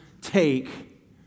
take